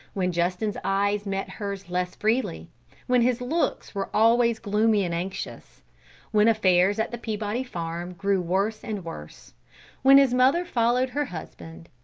when justin's eyes met hers less freely when his looks were always gloomy and anxious when affairs at the peabody farm grew worse and worse when his mother followed her husband,